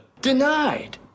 denied